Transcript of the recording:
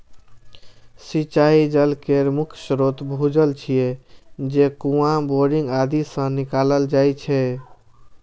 सिंचाइ जल केर मुख्य स्रोत भूजल छियै, जे कुआं, बोरिंग आदि सं निकालल जाइ छै